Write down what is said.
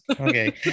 okay